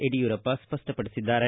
ಯಡಿಯೂರಪ್ಪ ಸ್ಪಷ್ಟಪಡಿಸಿದ್ದಾರೆ